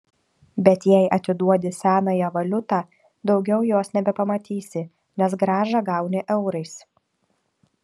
bet jei atiduodi senąją valiutą daugiau jos nebepamatysi nes grąžą gauni eurais